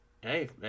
Hey